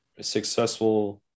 successful